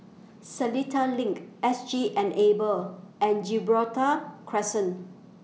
Seletar LINK S G Enable and Gibraltar Crescent